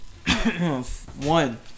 one